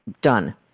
done